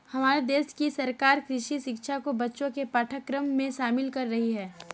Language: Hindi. हमारे देश की सरकार कृषि शिक्षा को बच्चों के पाठ्यक्रम में शामिल कर रही है